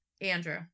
Andrew